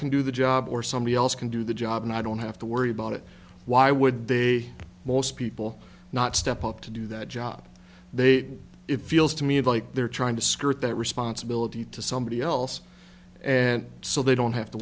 can do the job or somebody else can do the job and i don't have to worry about it why would they most people not step up to do that job they did it feels to me of like they're trying to skirt that responsibility to somebody else and so they don't have to